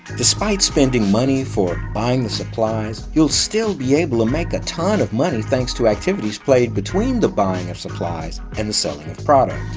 despite spending money for buying the supplies, you'll still be able to make a ton of money thanks to activities played between the buying of supplies and the selling of product.